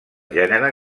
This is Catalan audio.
gènere